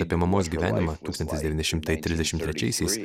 apie mamos gyvenimą tūkstantis devyni šimtai trisdešim trečiaisiais